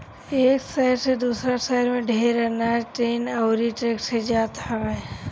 एक शहर से दूसरा शहर में ढेर अनाज ट्रेन अउरी ट्रक से जात हवे